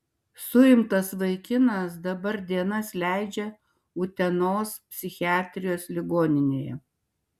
suimtas vaikinas dabar dienas leidžia utenos psichiatrijos ligoninėje